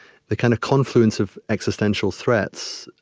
the kind of confluence of existential threats,